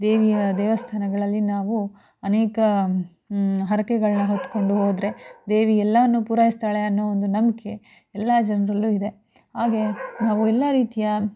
ದೇವಿಯ ದೇವಸ್ಥಾನಗಳಲ್ಲಿ ನಾವು ಅನೇಕ ಹರಕೆಗಳ್ನ ಹೊತ್ಕೊಂಡು ಹೋದರೆ ದೇವಿ ಎಲ್ಲವನ್ನೂ ಪೂರೈಸ್ತಾಳೆ ಅನ್ನೋ ಒಂದು ನಂಬಿಕೆ ಎಲ್ಲ ಜನರಲ್ಲೂ ಇದೆ ಹಾಗೆ ನಾವು ಎಲ್ಲ ರೀತಿಯ